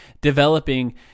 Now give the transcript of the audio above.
developing